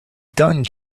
done